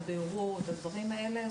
את הבירור של הדברים האלה.